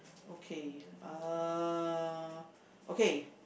okay uh okay